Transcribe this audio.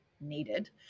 needed